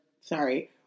sorry